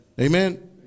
Amen